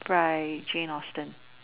by Jane-Austen